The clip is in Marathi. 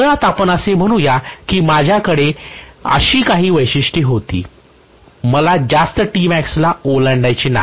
मुळात आपण असे म्हणू या की माझ्याकडे अशी काही वैशिष्ट्ये होती मला जास्त ला ओलांडायचे नाही